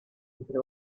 entre